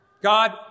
God